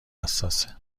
حساسه